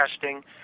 testing